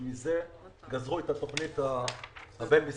ומזה גזרו את התוכנית הבין-משרדית.